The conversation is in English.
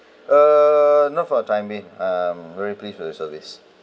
err no for the time being um really appreciate it miss alice